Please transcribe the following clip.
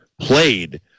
played